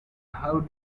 how